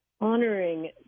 honoring